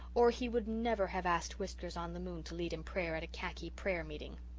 or he would never have asked whiskers-on-the-moon to lead in prayer at a khaki prayer-meeting.